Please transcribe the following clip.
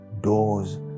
doors